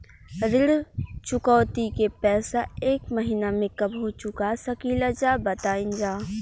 ऋण चुकौती के पैसा एक महिना मे कबहू चुका सकीला जा बताईन जा?